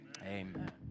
amen